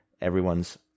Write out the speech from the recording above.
Everyone's